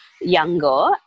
younger